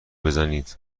بزنید